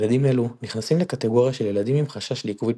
ילדים אלו נכנסים לקטגוריה של ילדים עם חשש לעיכוב התפתחותי.